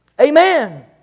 Amen